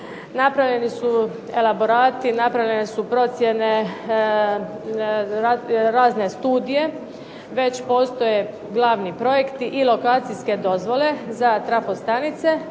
Napravljeni su elaborati, napravljene su procjene, razne studije. Već postoje glavni projekti i lokacijske dozvole za trafostanice.